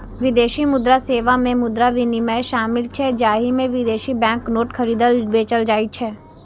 विदेशी मुद्रा सेवा मे मुद्रा विनिमय शामिल छै, जाहि मे विदेशी बैंक नोट खरीदल, बेचल जाइ छै